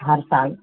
हर साल